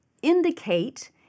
Indicate